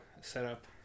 setup